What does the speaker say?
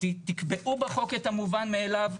תקבעו בחוק את המובן מאליו.